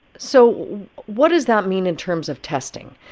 so what does that mean in terms of testing?